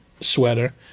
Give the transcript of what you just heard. sweater